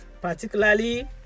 particularly